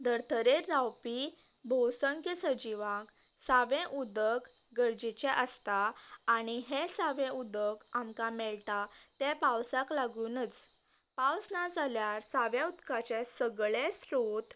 धर्तरेर रावपी भौसंख्य सजीवांक सावे उदक गरजेचे आसता आनी हे सावे उदक आमकां मेळटा तें पावसाक लागूनच पावस ना जाल्यार साव्या उदकाचे सगळे स्त्रोत